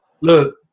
look